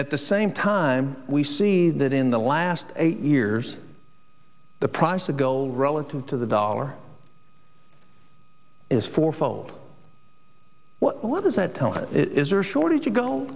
at the same time we see that in the last eight years the price of gold relative to the dollar is four fold what does that tell us is there a shortage